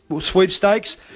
sweepstakes